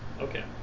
Okay